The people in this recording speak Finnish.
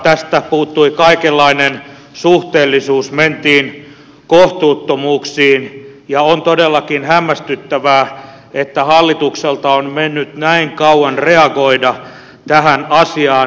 tästä puuttui kaikenlainen suhteellisuus mentiin kohtuuttomuuksiin ja on todellakin hämmästyttävää että hallitukselta on mennyt näin kauan reagoida tähän asiaan